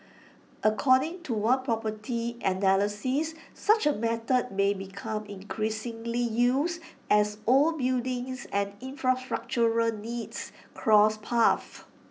according to one property analyst such A method may become increasingly used as old buildings and infrastructural needs cross paths